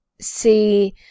see